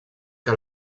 que